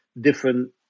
different